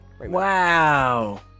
Wow